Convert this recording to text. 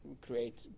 create